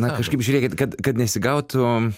na kažkaip žiūrėkit kad kad nesigautų